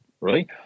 right